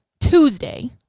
Tuesday